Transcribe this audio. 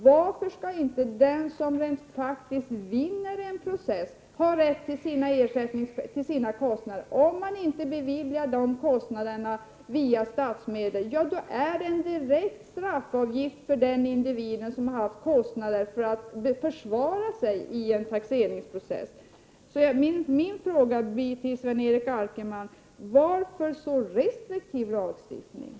Varför skall inte den som rent faktiskt vinner en process ha rätt till ersättning för sina kostnader? Om man inte beviljar ersättning för sådana kostnader via statsmedel, blir det en direkt straffavgift för den individ som har haft kostnader för att försvara sig i en taxeringsprocess. Min fråga till Sven-Erik Alkemark blir då varför lagstiftningen är så restriktiv.